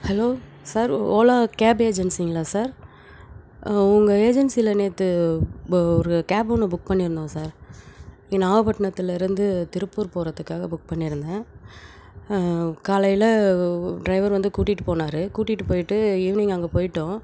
hello sir Ola gap ஏஜென்சிங்களா sir உங்கள் ஏஜென்சில நேற்று இப்போ ஒரு கேப் ஒன்று புக் பண்ணியிருந்தோம் சார் இங்கே நாகப்பட்னத்தில் இருந்து திருப்பூர் போகிறதுக்காக புக் பண்ணியிருந்தேன் காலையில் ட்ரைவர் வந்து கூட்டிட்டு போனார் கூட்டிட்டு போய்ட்டு ஈவினிங் அங்கே போய்ட்டோம்